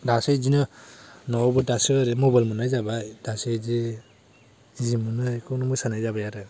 दासो बिदिनो न'आवबो दासो ओरै मबाइल मोन्नाय जाबाय दासो बिदि जि मोनो बेखौनो मोसानाय जाबाय आरो